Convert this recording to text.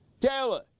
Taylor